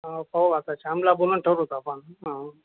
हा पाहू आता शामला बोलवून ठरवू आता आपण हा बाय